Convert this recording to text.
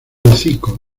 hocico